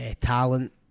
talent